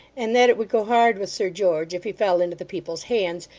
and that it would go hard with sir george if he fell into the people's hands,